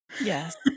yes